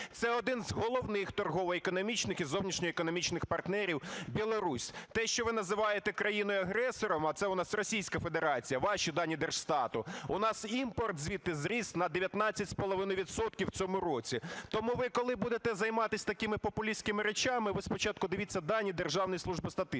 Це один з головних торгово-економічних і зовнішньоекономічних партнерів – Білорусь. Те, що ви називаєте країною-агресором, а це у нас Російська Федерація, ваші дані Держстату, у нас імпорт звідти зріз на 19,5 відсотка в цьому році. Тому ви, коли будете займатись такими популістськими речами, ви спочатку дивіться дані Державної служби статистики.